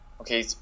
okay